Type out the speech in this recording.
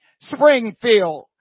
Springfield